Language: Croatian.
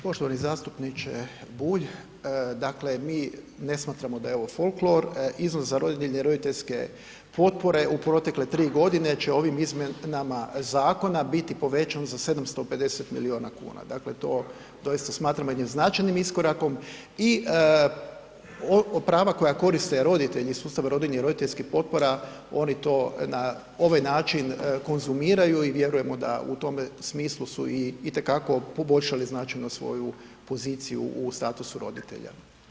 Poštovani zastupniče Bulj, dakle mi ne smatramo da je ovo folklor, iznos za rodiljne roditeljske potpore u protekle 3 g. će ovim izmjenama zakona biti povećan za 750 milijuna kuna, dakle to doista smatramo jednim značajnim iskorakom i prava koja koriste roditelji iz sustava rodiljnih i roditeljskih potpora, oni to na ovaj način konzumiraju i vjerujemo da u tome smislu su itekako poboljšali značajno svoju poziciju u statusu roditelja.